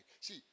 See